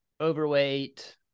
overweight